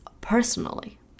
personally